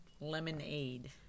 lemonade